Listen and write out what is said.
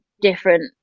different